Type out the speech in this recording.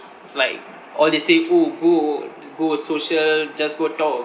it's like all they say who go go a social just go talk